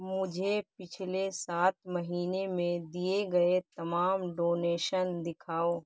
مجھے پچھلے سات مہینے میں دیے گئے تمام ڈونیشن دکھاؤ